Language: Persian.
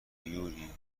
یوری